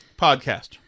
podcast